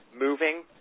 moving